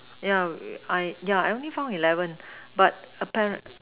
yeah I yeah I only found eleven but apparent